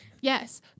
Yes